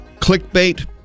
clickbait